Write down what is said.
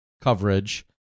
coverage